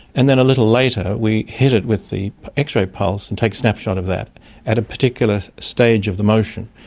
and then a little later we hit it with the x-ray pulse and take a snapshot of that at a particular stage of the motion.